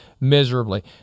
miserably